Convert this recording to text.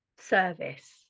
service